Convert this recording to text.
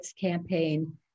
campaign